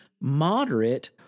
moderate